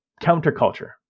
counterculture